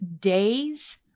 days